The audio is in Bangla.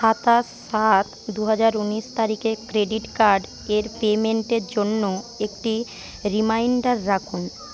সাতাশ সাত দু হাজার ঊনিশ তারিখে ক্রেডিট কার্ডের পেমেন্টের জন্য একটি রিমাইন্ডার রাখুন